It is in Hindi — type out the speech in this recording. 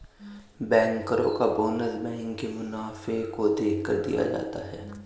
बैंकरो का बोनस बैंक के मुनाफे को देखकर दिया जाता है